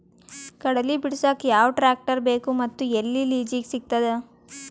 ಕಡಲಿ ಬಿಡಸಕ್ ಯಾವ ಟ್ರ್ಯಾಕ್ಟರ್ ಬೇಕು ಮತ್ತು ಎಲ್ಲಿ ಲಿಜೀಗ ಸಿಗತದ?